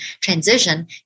transition